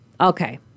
Okay